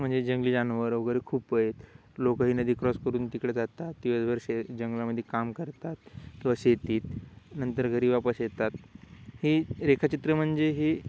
म्हणजे जंगली जानवर वगैरे खूप आहेत लोकंही नदी क्रॉस करून तिकडे जातात दिवसभर शे जंगलामध्ये काम करतात किवा शेती नंतर घरी वापस येतात ही रेखचित्र म्हणजे ही